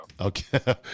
Okay